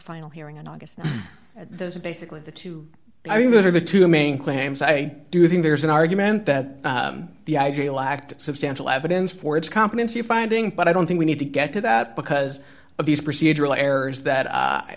final hearing in august those are basically the two i mean those are the two main claims i do think there's an argument that the i g lacked substantial evidence for its competency finding but i don't think we need to get to that because of these procedural errors that